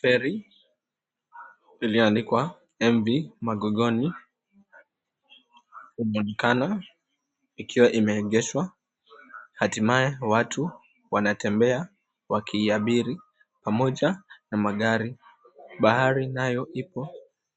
Feri iliyoandikwa MV Magogoni inaonekana ikiwa imeegeshwa, hatimaye watu wanatembea wakiiabiri pamoja na magari. Bahari nayo ipo,